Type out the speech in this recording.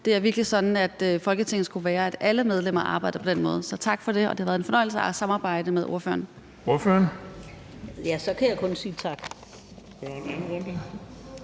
virkelig sådan, Folketinget skulle være: at alle medlemmer arbejdede på den måde. Så tak for det, og det har været en fornøjelse at samarbejde med ordføreren. Kl. 15:16 Den fg.